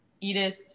Edith